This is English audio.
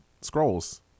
scrolls